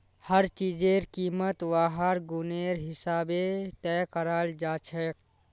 हर चीजेर कीमत वहार गुनेर हिसाबे तय कराल जाछेक